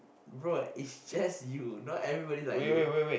bro it's just you not everybody like you